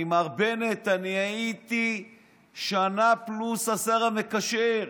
מר בנט, אני הייתי שנה פלוס השר המקשר.